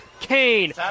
Kane